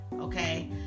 okay